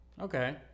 Okay